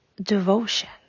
devotion